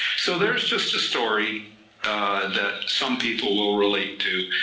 so there's just a story that some people will relate to,